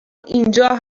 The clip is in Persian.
اینجا